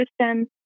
system